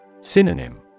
Synonym